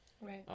right